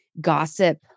gossip